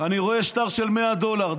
אני רואה שטר של 100 דולר.